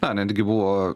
na netgi buvo